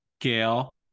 Gail